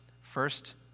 First